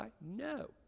No